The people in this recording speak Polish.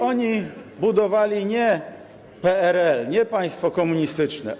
Oni budowali nie PRL, nie państwo komunistyczne.